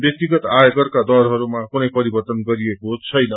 व्याक्तिगत आयकरका दरहरूमा कुनै परिवर्तन गरिएको छैन